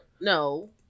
No